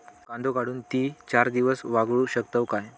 कांदो काढुन ती चार दिवस वाळऊ शकतव काय?